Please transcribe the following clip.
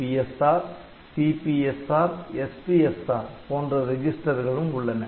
PSR CPSR SPSR போன்ற ரிஜிஸ்டர்களும் உள்ளன